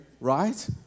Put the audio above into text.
right